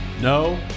No